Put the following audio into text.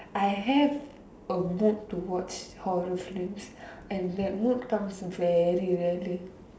I have a mood to watch horror films and that mood comes very rarely